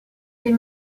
les